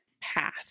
path